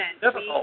difficult